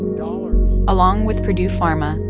along with purdue pharma,